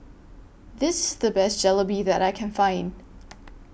This IS The Best Jalebi that I Can Find